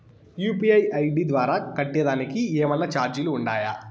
UPI ID ద్వారా కట్టేదానికి ఏమన్నా చార్జీలు ఉండాయా?